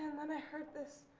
then i heard this,